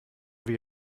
wie